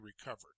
recovered